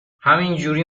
همینجوری